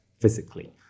physically